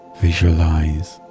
visualize